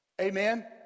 Amen